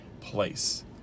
place